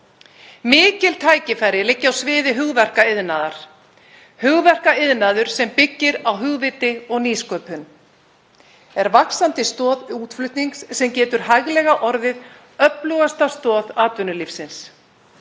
Mikil tækifæri liggja á sviði hugverkaiðnaðar. Hugverkaiðnaður sem byggir á hugviti og nýsköpun er vaxandi stoð útflutnings sem getur hæglega orðið öflugasta stoð atvinnulífsins.